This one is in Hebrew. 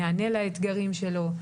נענה לאתגרים שלו,